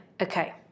Okay